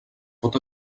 pot